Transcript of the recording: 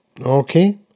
Okay